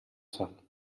sal